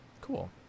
Cool